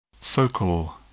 Focal